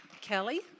Kelly